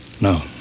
No